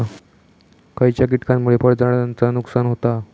खयच्या किटकांमुळे फळझाडांचा नुकसान होता?